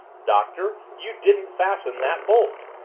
doctor you didn't fasten that bolt!